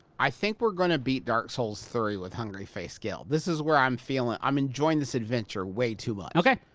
i think we're gonna beat dark souls three with hungry-faced gil. this is where i'm feeling i'm enjoying this adventure way too much. okay.